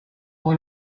want